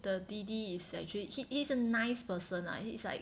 the D_D is actually he is a nice person lah he is like